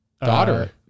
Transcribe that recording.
daughter